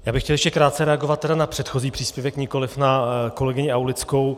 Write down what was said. Já bych chtěl ještě krátce reagovat na předchozí příspěvek, nikoliv na kolegyni Aulickou.